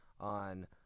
on